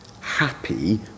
happy